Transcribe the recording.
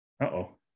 Uh-oh